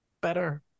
Better